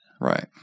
Right